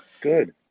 Good